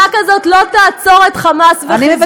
עסקה כזאת לא תעצור את "חמאס" ו"חיזבאללה".